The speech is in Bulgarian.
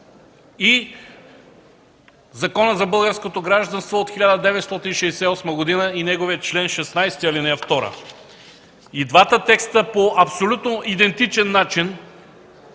и Закона за българското гражданство от 1968 г. и неговия чл. 16, ал. 2. И двата текста по абсолютно идентичен начин